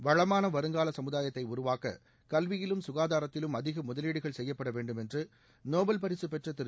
வளமான வருங்கால சமுதாயத்தை உருவாக்க கல்வியிலும் சுகாதாரத்திலும் அதிக முதலீடுகள் செய்யப்பட வேண்டும் என்று நோபல் பரிசு பெற்ற திரு